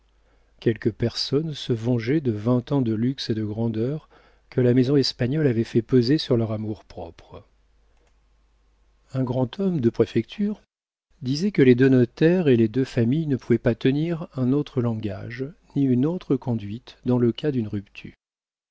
quelques personnes se vengeaient de vingt ans de luxe et de grandeur que la maison espagnole avait fait peser sur leur amour-propre un grand homme de préfecture disait que les deux notaires et les deux familles ne pouvaient pas tenir un autre langage ni une autre conduite dans le cas d'une rupture